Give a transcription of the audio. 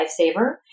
lifesaver